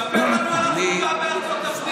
ספר לנו על החוקה בארצות הברית.